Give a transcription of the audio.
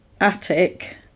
attic